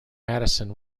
madison